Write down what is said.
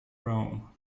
rome